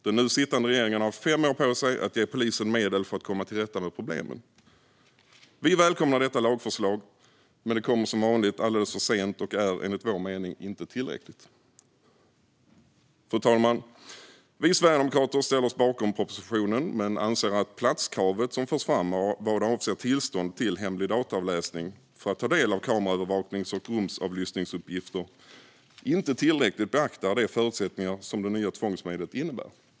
Den nu sittande regeringen har haft fem år på sig att ge polisen medel för att komma till rätta med problemen. Vi välkomnar detta lagförslag, men det kommer som vanligt alldeles för sent och är enligt vår mening inte tillräckligt. Fru talman! Vi sverigedemokrater ställer oss bakom propositionen, men anser att platskravet som försvann vad avser tillstånd till hemlig dataavläsning för att ta del av kameraövervaknings och rumsavlyssningsuppgifter inte tillräckligt beaktar de förutsättningar som det nya tvångsmedlet innebär.